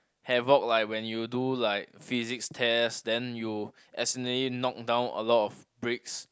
havoc like when you do like physics test then you accidentally knock down a lot of bricks